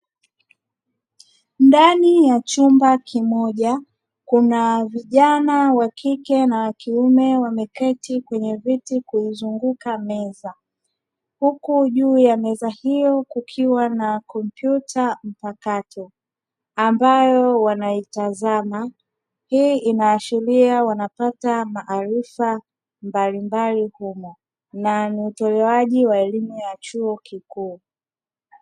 Ndani ya chumba kimoja kuna vijana wakike na wakiume wameketi kwenye viti kuizunguka meza, huku juu ya meza hiyo kukiwa na kompyuta mpakato ambayo wanaitazama, hii inaashilia wanapata maarifa mbalimbali humo na ni utolewaji wa elimu ya chuo kikuu.